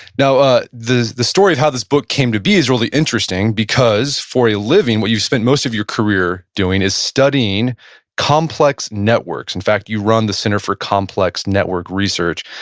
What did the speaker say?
now um the the story of how this book came to be is really interesting because for a living what you spent most of your career doing is studying complex networks. in fact, you run the center for complex network research.